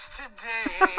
today